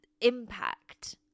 impact